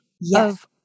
Yes